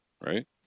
Right